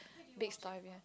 big story behind